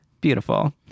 Beautiful